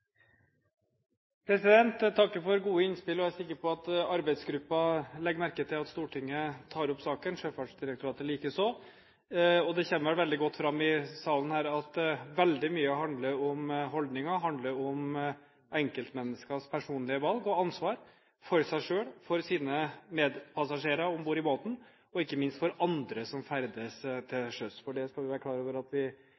sikker på at arbeidsgruppen legger merke til at Stortinget tar opp saken, Sjøfartsdirektoratet likeså. Det kommer vel veldig godt fram i salen her at veldig mye handler om holdninger. Det handler om enkeltmenneskers personlige valg og ansvar for seg selv, for sine medpassasjerer om bord i båten og ikke minst for andre som ferdes til